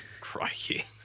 Crikey